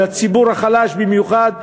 והציבור החלש במיוחד,